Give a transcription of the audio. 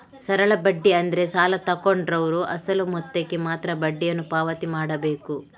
ಸರಳ ಬಡ್ಡಿ ಅಂದ್ರೆ ಸಾಲ ತಗೊಂಡವ್ರು ಅಸಲು ಮೊತ್ತಕ್ಕೆ ಮಾತ್ರ ಬಡ್ಡಿಯನ್ನು ಪಾವತಿ ಮಾಡ್ಬೇಕು